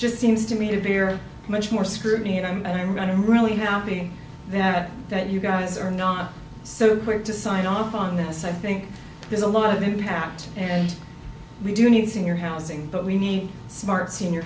just seems to me to be here much more scrutiny and i'm going to really hoping that that you guys are not so quick to sign off on this i think there's a lot of impact and we do need senior housing but we need smart senior